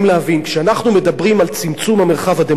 כשאנחנו מדברים על צמצום המרחב הדמוקרטי,